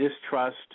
distrust